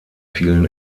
fielen